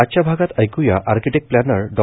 आजच्या भागात ऐक्या आर्किटेक्ट प्लॅनर डॉ